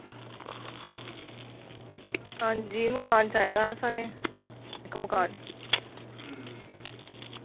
हां जी मकान चाहिदा हा सानू इक मकान